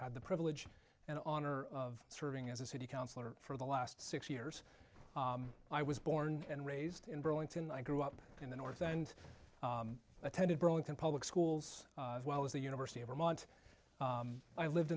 had the privilege and honor of serving as a city councillor for the last six years i was born and raised in burlington i grew up in the north and attended burlington public schools as well as the university of vermont i lived